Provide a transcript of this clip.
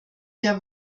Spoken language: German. der